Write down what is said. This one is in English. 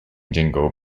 jingle